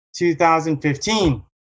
2015